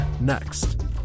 Next